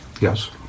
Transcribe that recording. Yes